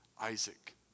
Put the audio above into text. Isaac